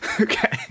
okay